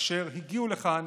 אשר הגיעו לכאן